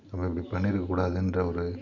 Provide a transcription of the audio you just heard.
நம்ப இப்படி பண்ணிருக்க கூடாதுன்ற ஒரு